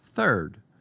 Third